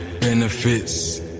benefits